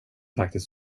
faktiskt